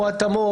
או התאמות,